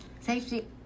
Safety